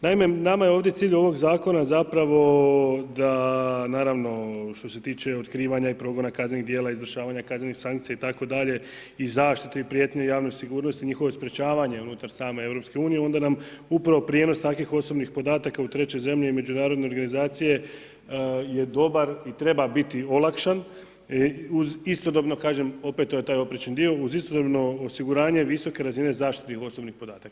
Naime, nama je ovdje cilj ovog Zakona zapravo da naravno što se tiče otkrivanja i progona kaznenih djela, izvršavanja kaznenih sankcija itd. i zaštitu i prijetnju javnoj sigurnosti, njihovo sprečavanje unutar same EU, onda nam upravo prijenos takvih osobnih podataka u treće zemlje i međunarodne organizacije je dobar i treba biti olakšan uz istodobno, kažem opet to je taj oprečni dio, uz istodobno osiguranje visoke razine zaštite osobnih podataka.